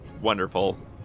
Wonderful